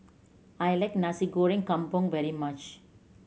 I like Nasi Goreng Kampung very much